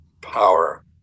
power